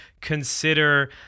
consider